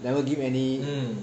never give any